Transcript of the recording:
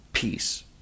peace